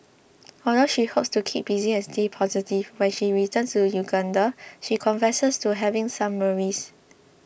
although she hopes to keep busy and stay positive when she returns to Uganda she confesses to having some worries